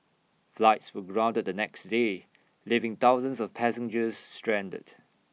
flights were grounded the next day leaving thousands of passengers stranded